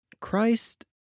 Christ